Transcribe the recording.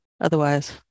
otherwise